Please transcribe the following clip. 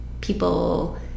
people